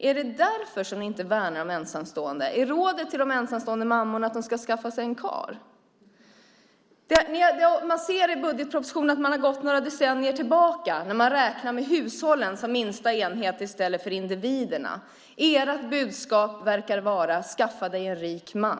Är det därför ni inte värnar de ensamstående föräldrarna? Är rådet till de ensamstående mammorna att de ska skaffa sig en karl? Av budgetpropositionen framgår att man gått några decennier tillbaka när man räknar hushållet som minsta enhet i stället för individen. Ert budskap verkar vara: Skaffa dig en rik man!